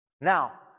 Now